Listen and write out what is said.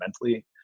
mentally